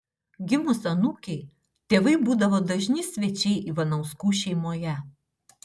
gimus anūkei tėvai būdavo dažni svečiai ivanauskų šeimoje